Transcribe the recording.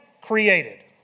created